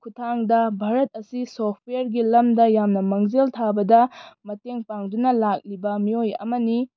ꯈꯨꯊꯥꯡꯗ ꯚꯥꯔꯠ ꯑꯁꯤ ꯁꯣꯐꯋꯦꯌꯔꯒꯤ ꯂꯝꯗ ꯌꯥꯝꯅ ꯃꯥꯡꯖꯤꯜ ꯊꯥꯕꯗ ꯃꯇꯦꯡ ꯄꯥꯡꯗꯨꯅ ꯂꯥꯛꯂꯤꯕ ꯃꯤꯑꯣꯏ ꯑꯃꯅꯤ